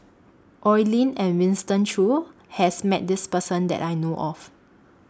Oi Lin and Winston Choos has Met This Person that I know of